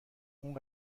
اون